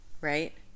right